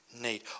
need